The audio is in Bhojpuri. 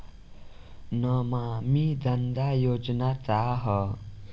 नमामि गंगा योजना का ह?